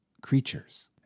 creatures